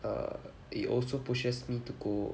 err it also pushes me to go